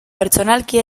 pertsonalki